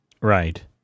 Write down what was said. Right